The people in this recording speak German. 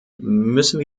müssen